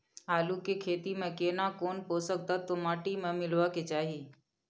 आलू के खेती में केना कोन पोषक तत्व माटी में मिलब के चाही?